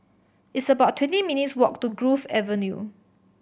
it's about twenty minutes' walk to Grove Avenue